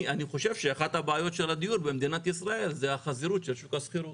אני חושב שאחת הבעיות של שוק הדיור בישראל זה חזירות של שוק השכירות.